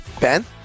Ben